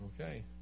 Okay